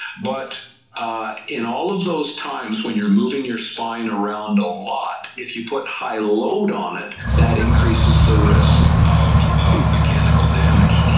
but in all of those times when you're moving your spine around a lot, if you put high load on it that increases the risk of mechanical damage,